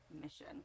mission